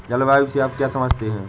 जलवायु से आप क्या समझते हैं?